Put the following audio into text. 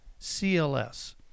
CLS